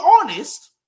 honest